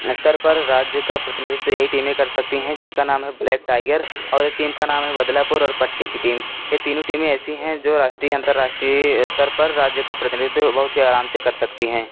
स्तर पर राज्य का प्रतिनिधित्व यही टीमें कर सकती हैं जिनका नाम है ब्लैक टाइगर और एक टीम का नाम है बदलापुर और पट्टी की टीम यह तीनों टीमें ऐसी हैं जो राष्ट्रीय अंतराष्ट्रीय स्तर पर राज्य का प्रतिनिधित्व बहुत ही आराम से कर सकती हैं